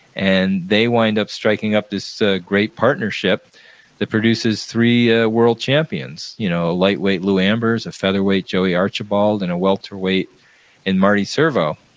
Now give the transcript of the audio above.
and they wind up striking up this great partnership that produces three ah world champions, you know a lightweight lou ambers, a featherweight joey archibald, and a welterweight in marty servo.